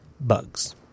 bugs